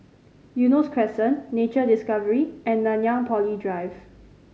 Eunos Crescent Nature Discovery and Nanyang Poly Drive